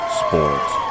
sports